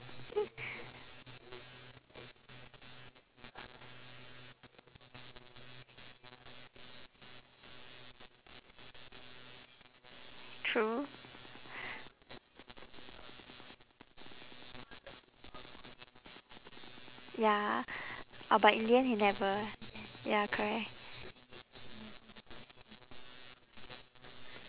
true ya oh but in the end he never ya correct